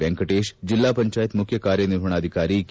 ವೆಂಕಟೇಶ್ ಜಿಲ್ಲಾಪಂಚಾಯತ್ ಮುಖ್ಯ ಕಾರ್ಯನಿರ್ವಹಣಾಧಿಕಾರಿ ಕೆ